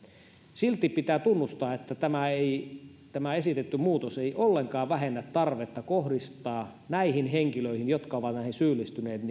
silti pitää tunnustaa että tämä esitetty muutos ei ollenkaan vähennä tarvetta kohdistaa päihdehuollon ja sosiaalipuolen toimenpiteitä näihin henkilöihin jotka ovat näihin syyllistyneet